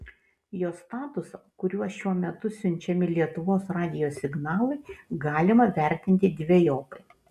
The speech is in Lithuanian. jo statusą kuriuo šiuo metu siunčiami lietuvos radijo signalai galima vertinti dvejopai